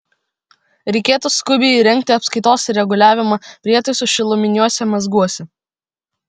reikėtų skubiai įrengti apskaitos ir reguliavimo prietaisus šiluminiuose mazguose